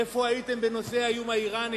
איפה הייתם בנושא האיום האירני